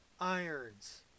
Irons